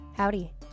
Howdy